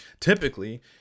typically